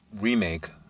remake